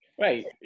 Right